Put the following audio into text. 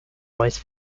royce